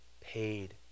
paid